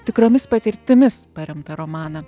tikromis patirtimis paremtą romaną